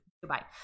goodbye